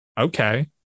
Okay